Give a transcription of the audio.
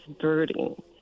birding